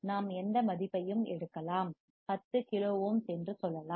நாம் எந்த மதிப்பையும் எடுக்கலாம் 10 கிலோ ஓம்ஸ் என்று சொல்லலாம்